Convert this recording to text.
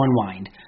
unwind